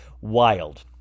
wild